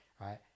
right